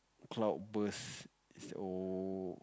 cloud burst so